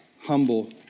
humble